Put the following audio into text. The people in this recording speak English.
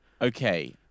Okay